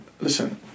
listen